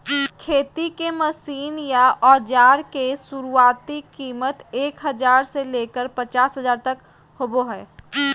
खेती के मशीन या औजार के शुरुआती कीमत एक हजार से लेकर पचास हजार तक होबो हय